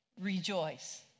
rejoice